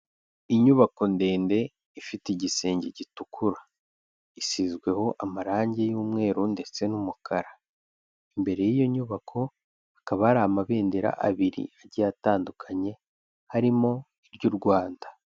Inyubako ndende ifite igisenge gitukura, isizweho amarangi y'umweru ndetse n'umukara, imbere y'iyo nyubako hakaba hari amabendera abiri agiye atandukanye harimo iry'u Rwanda.